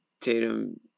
tatum